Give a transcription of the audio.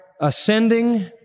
ascending